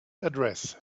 address